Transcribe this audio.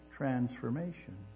transformation